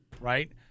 Right